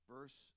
Verse